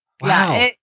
Wow